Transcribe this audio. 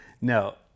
No